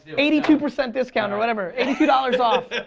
and eighty two percent discount or whatever eighty two dollars off.